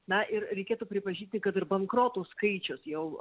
na ir reikėtų pripažinti kad ir bankrotų skaičius jau